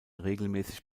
regelmäßig